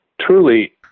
truly